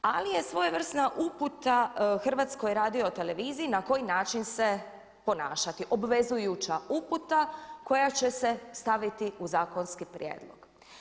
Ali je svojevrsna uputa HRT-u na koji način se ponašati, obvezujuća uputa koja će se staviti u zakonski prijedlog.